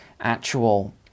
actual